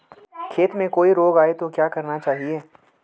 खेत में कोई रोग आये तो क्या करना चाहिए?